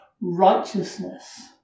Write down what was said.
righteousness